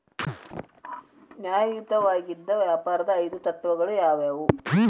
ನ್ಯಾಯಯುತವಾಗಿದ್ ವ್ಯಾಪಾರದ್ ಐದು ತತ್ವಗಳು ಯಾವ್ಯಾವು?